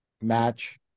match